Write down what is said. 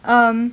um